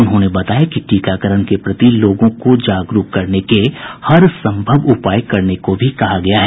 उन्होंने बताया कि टीकाकरण के प्रति लोगों को जागरूक करने के हर सम्भव उपाय करने को भी कहा गया है